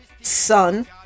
son